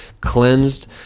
cleansed